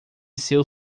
seu